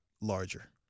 Larger